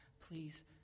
please